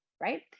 right